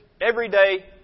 everyday